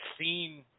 seen